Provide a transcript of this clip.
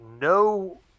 no